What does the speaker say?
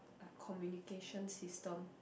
like communication system